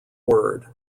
word